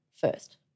first